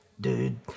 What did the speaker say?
dude